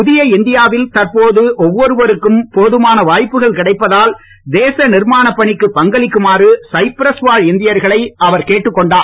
புதிய இந்தியாவில் தற்போது ஒவ்வொருவருக்கும் போதுமான வாய்ப்புக்கள் கிடைப்பதால் தேச நிர்மாண பணிக்கு பங்களிக்குமாறு சைப்ரஸ் வாழ் இந்தியர்களை அவர் கேட்டுக் கொண்டார்